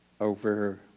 over